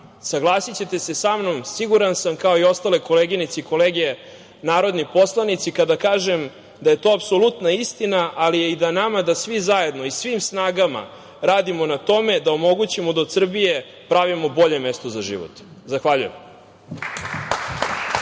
Saglasićete se sa mnom, siguran sam kao ostale koleginice i kolege, narodni poslanici, kada kažem da je to apsolutna istina, ali je i da nama, da svi zajedno i svim snagama radimo na tome da omogućimo da od Srbije pravimo bolje mesto za život. Zahvaljujem.